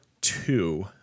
two